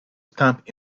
stamp